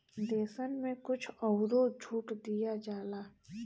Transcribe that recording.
देसन मे कुछ अउरो छूट दिया जाला